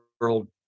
world